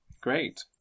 great